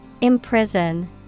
imprison